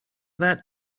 that